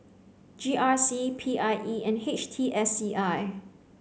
G R C P I E and H T S C I